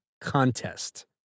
contest